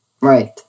right